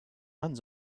runs